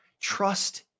Trust